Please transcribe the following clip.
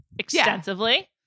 extensively